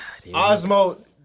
Osmo